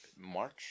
March